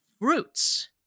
fruits